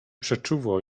przeczuwał